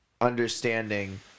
understanding